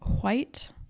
white